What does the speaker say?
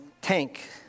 tank